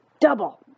double